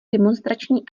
demonstrační